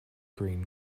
green